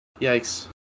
yikes